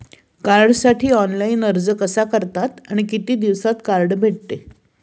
कार्डसाठी ऑनलाइन अर्ज कसा करतात आणि किती दिवसांत कार्ड भेटते?